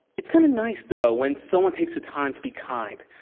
it's kind of nice though when someone takes the time to be kind,